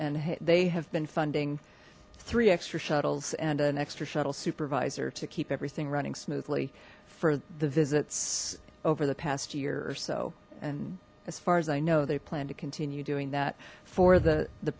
and they have been funding three extra shuttles and an extra shuttle supervisor to keep everything running smoothly for the visits over the past year or so and as far as i know they plan to continue doing that for the the